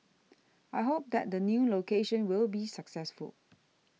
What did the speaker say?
I hope that the new location will be successful